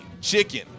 chicken